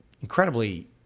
incredibly